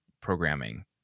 programming